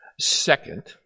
Second